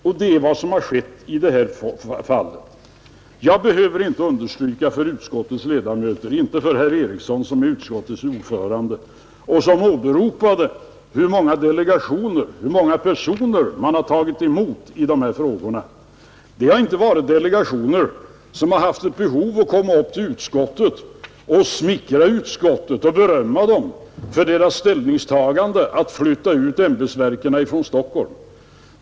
Och det är vad som har skett i detta fall — det behöver jag inte tala om för utskottets ledamöter, särskilt inte för herr Eriksson i Arvika som är utskottets ordförande och som åberopade hur många delegationer och personer utskottet har tagit emot i dessa frågor. Det har inte varit delegationer som haft ett behov av att komma till utskottet för att smickra och berömma det för dess ställningstagande att flytta ut ämbetsverken från Stockholm.